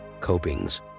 copings